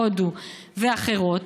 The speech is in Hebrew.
הודו ואחרות,